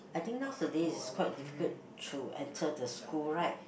I think nowadays is quite difficult to enter the school right